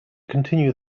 continue